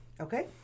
Okay